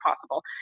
possible